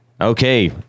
okay